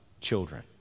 children